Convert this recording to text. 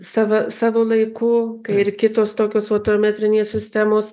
savo savo laiku kai ir kitos tokios fotometrinės sistemos